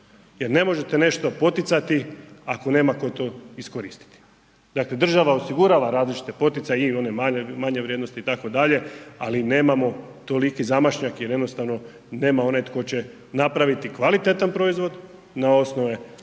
jer ne možete nešto poticati, ako nema ko to iskoristiti. Dakle, država osigurava različite poticaje i one manje vrijednosti itd., ali nemamo toliki zamašnjak jer jednostavno nemamo one tko će napraviti kvalitetan proizvod na osnovu